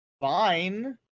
fine